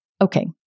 Okay